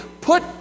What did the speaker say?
Put